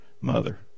mother